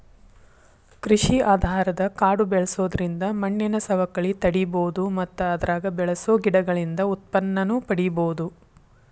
ಕೃಷಿ ಆಧಾರದ ಕಾಡು ಬೆಳ್ಸೋದ್ರಿಂದ ಮಣ್ಣಿನ ಸವಕಳಿ ತಡೇಬೋದು ಮತ್ತ ಅದ್ರಾಗ ಬೆಳಸೋ ಗಿಡಗಳಿಂದ ಉತ್ಪನ್ನನೂ ಪಡೇಬೋದು